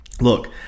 look